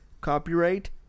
Copyright